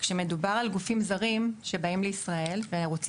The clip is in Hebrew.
כשמדובר על גופים זרים שבאים לישראל ורוצים,